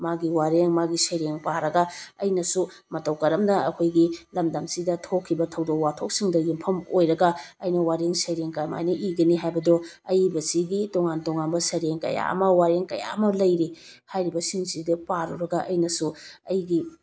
ꯃꯥꯒꯤ ꯋꯥꯔꯦꯡ ꯃꯥꯒꯤ ꯁꯩꯔꯦꯡ ꯄꯥꯔꯒ ꯑꯩꯅꯁꯨ ꯃꯇꯧ ꯀꯔꯝꯅ ꯑꯩꯈꯣꯏꯒꯤ ꯂꯝꯗꯝꯁꯤꯗ ꯊꯣꯛꯈꯤꯕ ꯊꯧꯗꯣꯛ ꯋꯥꯊꯣꯛꯁꯤꯡꯗ ꯌꯨꯝꯐꯝ ꯑꯣꯏꯔꯒ ꯑꯩꯅ ꯋꯥꯔꯦꯡ ꯁꯩꯔꯦꯡ ꯀꯃꯥꯏꯅ ꯏꯒꯅꯤ ꯍꯥꯏꯕꯗꯣ ꯑꯏꯕꯁꯤꯒꯤ ꯇꯣꯉꯥꯟ ꯇꯣꯉꯥꯟꯕ ꯁꯩꯔꯦꯡ ꯀꯌꯥ ꯑꯃ ꯋꯥꯔꯦꯡ ꯀꯌꯥ ꯑꯃ ꯂꯩꯔꯤ ꯍꯥꯏꯔꯤꯕꯁꯤꯡꯁꯤ ꯄꯥꯔꯨꯔꯒ ꯑꯩꯅꯁꯨ ꯑꯩꯒꯤ